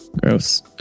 Gross